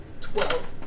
Twelve